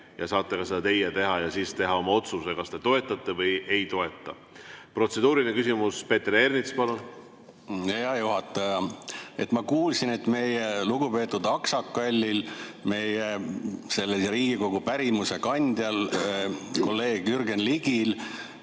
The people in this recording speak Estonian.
saate seda teha ka teie, et siis teha oma otsuse, kas te toetate või ei toeta. Protseduuriline küsimus, Peeter Ernits, palun! Hea juhataja! Ma kuulsin, et meie lugupeetud aksakall, meie Riigikogu pärimuse kandja kolleeg Jürgen Ligi